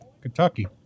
kentucky